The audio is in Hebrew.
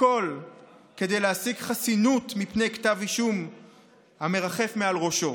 הכול כדי להשיג חסינות מפני כתב אישום המרחף מעל ראשו.